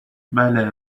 بله